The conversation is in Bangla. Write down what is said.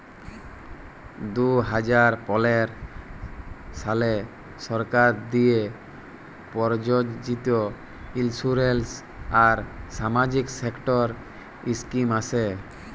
দু হাজার পলের সালে সরকার দিঁয়ে পরযোজিত ইলসুরেলস আর সামাজিক সেক্টর ইস্কিম আসে